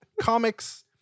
comics